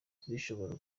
zishobora